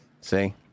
See